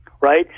Right